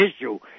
issue